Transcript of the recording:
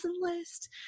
list